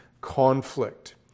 conflict